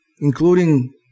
including